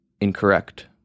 incorrect